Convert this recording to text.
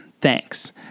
thanks